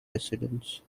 residence